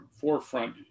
forefront